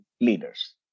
leaders